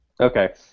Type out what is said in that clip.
Okay